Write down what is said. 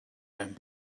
him